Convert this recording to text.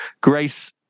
Grace